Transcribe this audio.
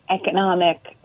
economic